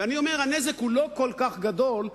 ואני אומר: הנזק הוא לא כל כך גדול,